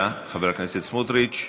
חבר הכנסת בצלאל סמוטריץ.